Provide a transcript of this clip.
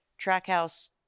trackhouse